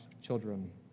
children